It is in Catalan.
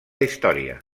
història